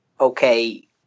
Okay